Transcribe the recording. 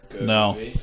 No